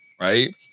right